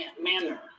manner